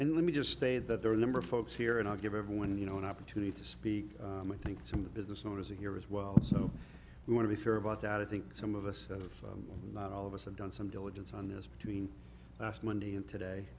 and let me just say that there are a number of folks here and i'll give everyone you know an opportunity to speak i think some of the business owners here as well so we want to be fair about that i think some of us of all of us have done some diligence on this between last monday and today